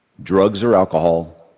drugs or alcohol,